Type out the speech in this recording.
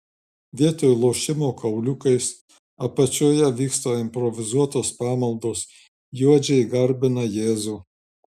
vietoj lošimo kauliukais apačioje vyksta improvizuotos pamaldos juodžiai garbina jėzų